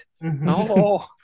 No